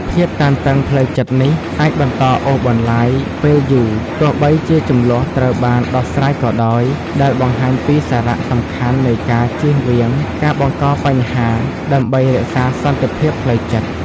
ភាពតានតឹងផ្លូវចិត្តនេះអាចបន្តអូសបន្លាយពេលយូរ ទោះបីជាជម្លោះត្រូវបានដោះស្រាយក៏ដោយ ដែលបង្ហាញពីសារៈសំខាន់នៃការជៀសវាងការបង្កបញ្ហាដើម្បីរក្សាសន្តិភាពផ្លូវចិត្ត។